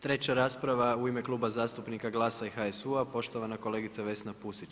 Treća rasprava u ime Kluba zastupnika GLAS-a i HSU-a, poštovana kolegica Vesna Pusić.